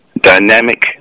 dynamic